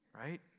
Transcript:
right